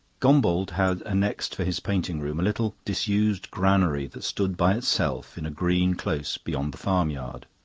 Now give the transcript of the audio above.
gombauld had annexed for his painting-room a little disused granary that stood by itself in a green close beyond the farm-yard.